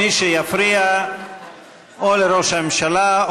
מי שיפריע לראש הממשלה,